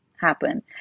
happen